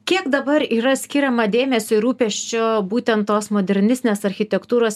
kiek dabar yra skiriama dėmesio ir rūpesčio būtent tos modernistinės architektūros